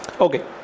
Okay